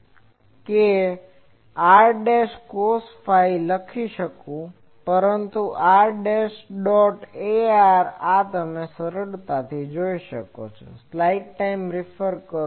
હું r cos psi લખી શકું છું પરંતુ r dot ar આ તમે સરળતાથી જોઈ શકશો